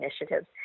initiatives